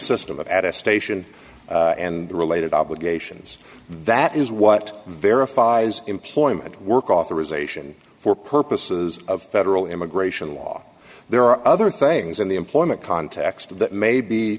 system of at a station and the related obligations that is what verifies employment work authorization for purposes of federal immigration law there are other things in the employment context that may be